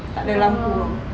oh